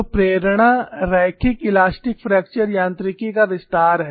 तो प्रेरणा रैखिक इलास्टिक फ्रैक्चर यांत्रिकी का विस्तार है